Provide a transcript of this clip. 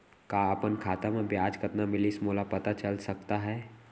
का अपन खाता म ब्याज कतना मिलिस मोला पता चल सकता है?